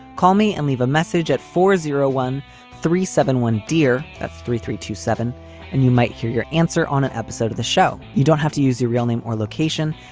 call me and leave a message at four zero one three seven one dear at three three two seven and you might hear your answer on an episode of the show. you don't have to use your real name or location,